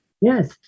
Yes